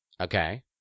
Okay